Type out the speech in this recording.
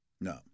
No